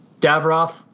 Davroff